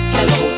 Hello